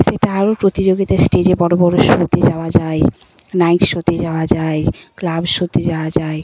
সেটা আরও প্রতিযোগিতার স্টেজে বড় বড় শোতে যাওয়া যায় নাইট শোতে যাওয়া যায় ক্লাব শোতে যাওয়া যায়